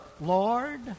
Lord